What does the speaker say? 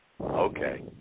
okay